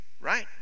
right